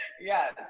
Yes